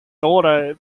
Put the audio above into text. daughter